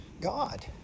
God